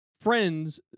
friends